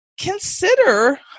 Consider